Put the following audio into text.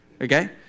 okay